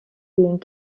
being